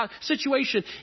situation